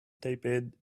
taped